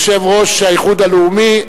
יושב-ראש האיחוד הלאומי,